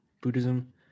Buddhism